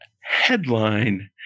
headline